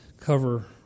cover